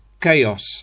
Chaos